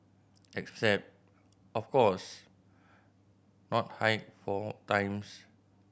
except of course not hike four times